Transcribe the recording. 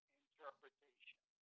interpretation